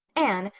anne,